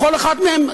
לכל אחד מהם,